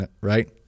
right